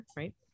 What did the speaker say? right